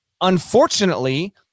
Unfortunately